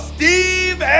Steve